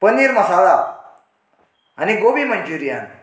पनीर मसाला आनी गोबी मनच्युरियन